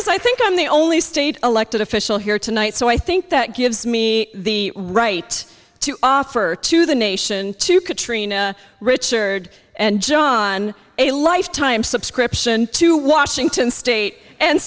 is i think i'm the only state elected official here tonight so i think that gives me the right to offer to the nation to katrina richard and john a lifetime subscription to washington state and